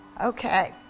Okay